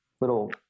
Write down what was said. little